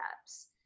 steps